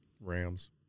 Rams